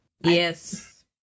Yes